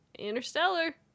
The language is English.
Interstellar